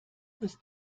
bist